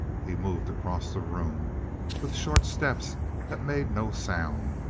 he moved across the room with short steps that made no sound,